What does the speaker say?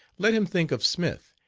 let him think of smith,